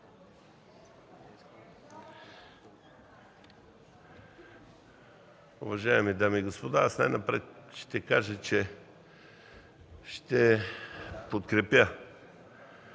Уважаеми дами и господа, аз най-напред ще кажа, че ще подкрепя